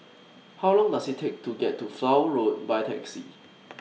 How Long Does IT Take to get to Flower Road By Taxi